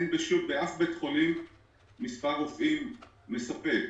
באף בית חולים אין מספר רופאים מספק.